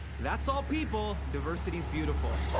that's all people. diversity is beautiful.